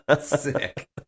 Sick